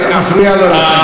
אתה מפריע לו לסיים.